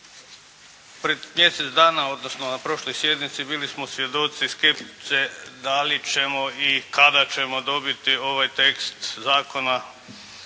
Pred mjesec dana, odnosno na prošloj sjednici bili smo svjedoci s kim će, da li ćemo i kada ćemo dobiti ovaj tekst zakona